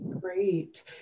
great